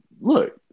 look